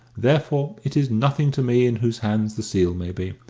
therefore it is nothing to me in whose hands the seal may be.